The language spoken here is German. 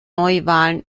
neuwahlen